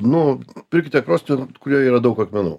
nu pirkite krosnį kurioje yra daug akmenų